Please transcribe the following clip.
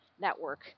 network